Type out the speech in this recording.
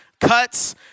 cuts